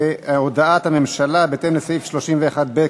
הודעת הממשלה בהתאם לסעיף 31(ב)